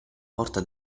porta